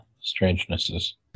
strangenesses